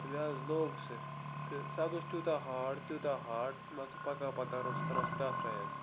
تہٕ مےٚ حظ لوگ سُہ تہٕ سُہ حظ اوس تیٛوٗتاہ ہارڈ تیٛوٗتاہ ہارڈ مان ژٕ پَکان پَکان اوس کران سُہ ٹاسہٕ راے حظ